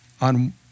on